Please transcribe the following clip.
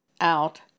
out